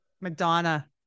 Madonna